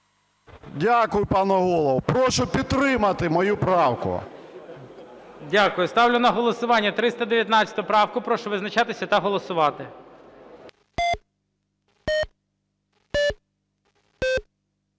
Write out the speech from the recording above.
Дякую, пане Голово. Прошу підтримати мою правку. ГОЛОВУЮЧИЙ. Дякую. Ставлю на голосування 319 правку. Прошу визначатися та голосувати.